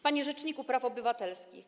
Panie Rzeczniku Praw Obywatelskich!